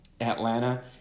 Atlanta